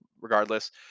regardless